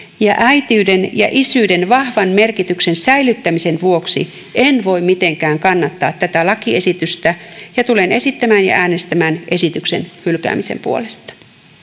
ja äitiyden ja isyyden vahvan merkityksen säilyttämisen vuoksi en voi mitenkään kannattaa tätä lakiesitystä ja tulen esittämään hylkäämistä ja äänestämään esityksen hylkäämisen puolesta